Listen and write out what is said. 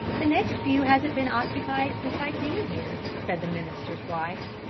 the next pew hasn't been occupied since i came here, said the minister's wife.